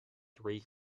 three